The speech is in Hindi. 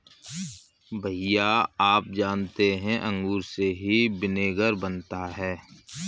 भैया आप जानते हैं अंगूर से ही विनेगर बनता है